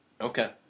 Okay